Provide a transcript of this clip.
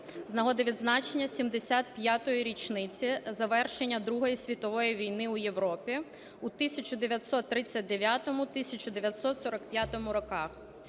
з нагоди відзначення 75-ї річниці завершення Другої світової війни в Європі у 1939-1945 років.